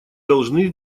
должны